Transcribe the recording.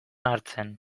hartzen